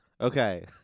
Okay